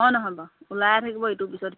হয় নহয় বাৰু উলাই থাকিব ইটোৰ পিছত সিটো